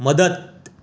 मदत